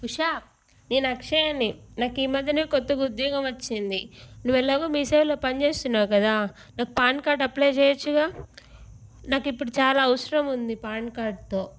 ఉషా నేను అక్షయాని నాకు ఈ మధ్యనే కొత్తగా ఉద్యోగము వచ్చింది నువ్వెలాగో మీ సేవాలో పని చేస్తున్నావు కదా నాకు పాన్ కార్డ్ అప్లై చేయొచ్చుగా నాకిప్పుడు చాలా అవసరం ఉంది పాన్ కార్డ్తో